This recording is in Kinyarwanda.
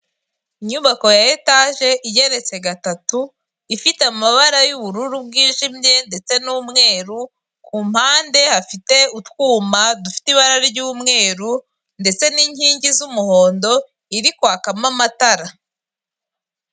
Inyubako ya etaje igereretse gatatu, ifite amabara y'ubururu bwijimye ndetse n'umweru kumpande hari utwuma dufite ibara ry'umweru ndetse n'inkingi z'umuhondo iri kwakamo amatara.